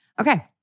Okay